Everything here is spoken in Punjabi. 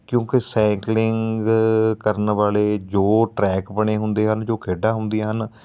ਕਿਉਂਕਿ ਸਾਈਕਲਿੰਗ ਕਰਨ ਵਾਲੇ ਜੋ ਟਰੈਕ ਬਣੇ ਹੁੰਦੇ ਹਨ ਜੋ ਖੇਡਾਂ ਹੁੰਦੀਆਂ ਹਨ